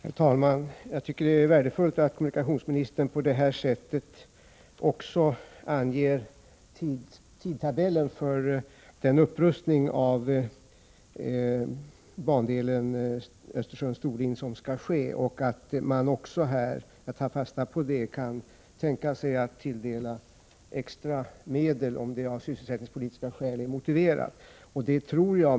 Herr talman! Jag tycker det är värdefullt att kommunikationsministern också anger tidsplanen för den upprustning av bandelen Östersund-Storlien som skall ske liksom att kommunikationsministern säger — jag tar fasta på det — att han kan tänka sig att tilldela extra medel om det är motiverat av sysselsättningspolitiska skäl.